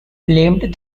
blamed